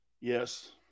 Yes